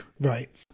Right